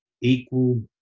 equal